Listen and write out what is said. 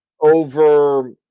over